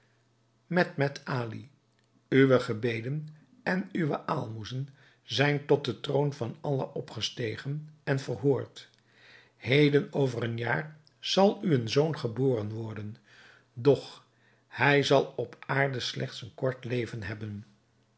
medmed ali uwe gebeden en uwe aalmoezen zijn tot den troon van allah opgestegen en verhoord heden over een jaar zal u een zoon geboren worden doch hij zal op aarde slechts een kort leven hebben